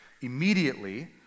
Immediately